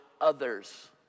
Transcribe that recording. others